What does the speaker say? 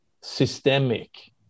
systemic